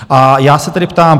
A já se tedy ptám.